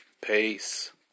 Peace